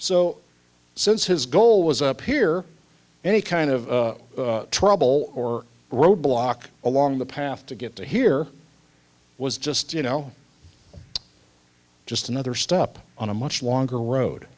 so since his goal was up here any kind of trouble or roadblock along the path to get to here was just you know just another stop on a much longer road